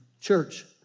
church